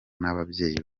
n’ababyeyi